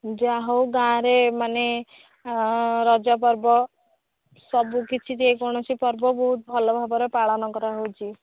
ଯାହା ହଉ ଗାଁରେ ମାନେ ରଜ ପର୍ବ ସବୁ କିଛି ଯେକୌଣସି ପର୍ବ ବହୁତ ଭଲ ଭାବରେ ପାଳନ କରାହେଉଛି